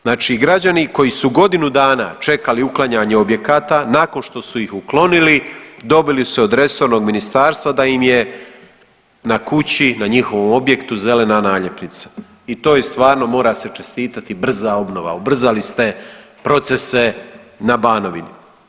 Znači građani koji su godinu dana čekali uklanjanje objekata nakon što su ih uklonili dobili su od resornog ministarstva da im je na kući, na njihovom objektu zelena naljepnica i to je stvarno mora se čestitati brza obnova, ubrzali ste procese na Banovini.